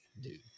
dude